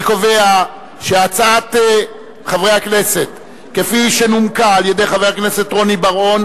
אני קובע שהצעת חברי הכנסת כפי שנומקה על-ידי חבר הכנסת רוני בר-און